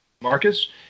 Marcus